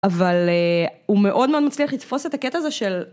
אבל הוא מאוד מאוד מצליח לתפוס את הקטע הזה של...